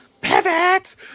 Pivot